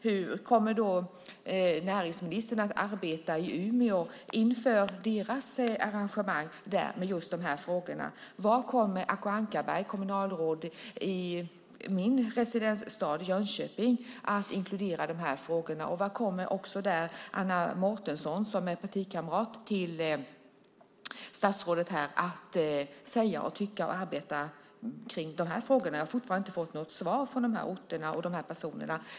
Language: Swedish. Hur kommer näringsministern att arbeta med just de här frågorna i Umeå inför deras arrangemang? Vad kommer Acko Ankarberg, kommunalråd i min residensstad Jönköping, att inkludera i de här frågorna? Och vad kommer, också där, Anna Mårtensson, som är partikamrat till statsrådet, att säga och tycka kring de här frågorna, och hur kommer hon att arbeta med dem? Jag har fortfarande inte fått något svar från de här orterna och de här personerna.